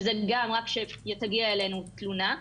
וזה גם רק כשתגיע אלינו תלונה.